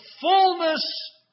fullness